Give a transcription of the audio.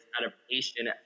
adaptation